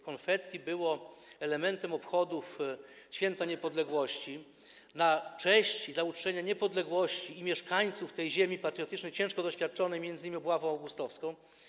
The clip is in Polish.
Konfetti było elementem obchodów Święta Niepodległości, na cześć i dla uczczenia niepodległości i mieszkańców tej patriotycznej ziemi, ciężko doświadczonej m.in. obławą augustowską.